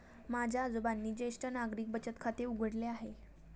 माझ्या आजोबांनी ज्येष्ठ नागरिक बचत खाते उघडले आहे